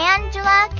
Angela